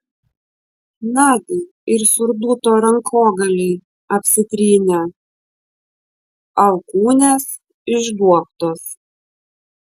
nagi ir surduto rankogaliai apsitrynę alkūnės išduobtos